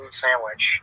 sandwich